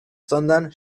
sondern